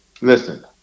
Listen